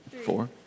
Four